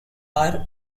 are